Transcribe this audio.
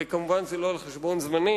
מובן שזה לא על חשבון זמני,